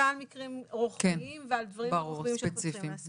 ועל מקרים רוחביים ועל דברים רוחביים שאנחנו צריכים לעשות.